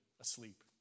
asleep